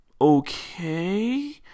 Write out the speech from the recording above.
okay